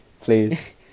Please